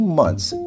months